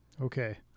Okay